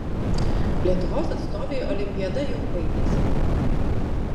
lietuvos atstovei olimpiada jau baigėsi